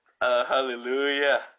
Hallelujah